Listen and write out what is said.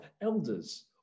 elders